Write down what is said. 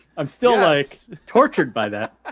i'm still like tortured by that.